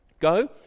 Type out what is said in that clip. go